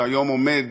שהיום עומד